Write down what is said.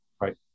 right